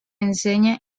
enseña